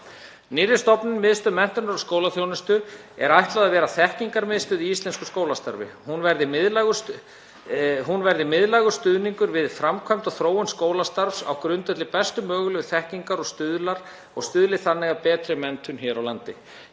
Nýrri stofnun, Miðstöð menntunar og skólaþjónustu, er ætlað að vera þekkingarmiðstöð í íslensku skólastarfi. Hún verði miðlægur stuðningur við framkvæmd og þróun skólastarfs á grundvelli bestu mögulegu þekkingar og stuðli þannig að betri menntun hér á landi.